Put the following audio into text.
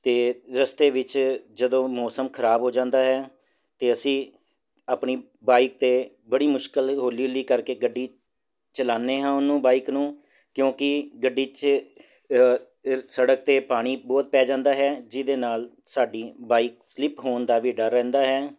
ਅਤੇ ਰਸਤੇ ਵਿੱਚ ਜਦੋਂ ਮੌਸਮ ਖ਼ਰਾਬ ਹੋ ਜਾਂਦਾ ਹੈ ਤਾਂ ਅਸੀਂ ਆਪਣੀ ਬਾਈਕ ਅਤੇ ਬੜੀ ਮੁਸ਼ਕਿਲ ਹੌਲੀ ਹੌਲੀ ਕਰਕੇ ਗੱਡੀ ਚਲਾਉਦੇ ਹਾਂ ਉਹਨੂੰ ਬਾਈਕ ਨੂੰ ਕਿਉਂਕਿ ਗੱਡੀ 'ਚ ਸੜਕ 'ਤੇ ਪਾਣੀ ਬਹੁਤ ਪੈ ਜਾਂਦਾ ਹੈ ਜਿਹਦੇ ਨਾਲ ਸਾਡੀ ਬਾਈਕ ਸਲਿੱਪ ਹੋਣ ਦਾ ਵੀ ਡਰ ਰਹਿੰਦਾ ਹੈ